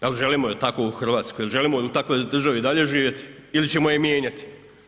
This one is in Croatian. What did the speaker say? Da li želimo takvu Hrvatsku, jel' želimo u takvoj državi i dalje živjeti ili ćemo je mijenjati?